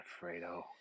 Fredo